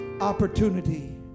opportunity